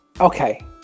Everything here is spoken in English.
Okay